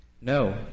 No